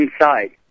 inside